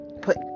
put